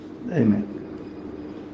Amen